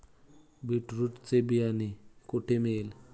Beetroot चे बियाणे कोठे मिळेल?